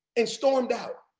and stormed out.